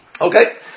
Okay